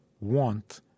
want